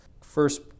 First